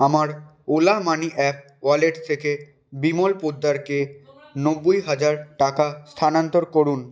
আমার Ola money app wallet থেকে বিমল পোদ্দারকে নব্বই হাজার টাকা স্থানান্তর করুন